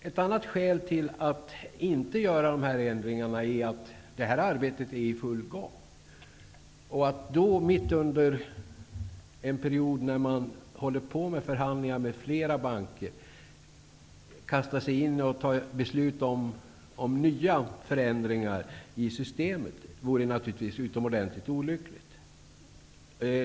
Ett annat skäl till att inte göra de här ändringarna är att arbetet är i full gång. Att mitt under en period när man håller på med förhandlingar med flera banker kasta sig in i att ta beslut om nya förändringar i systemet, vore utomordentligt olyckligt.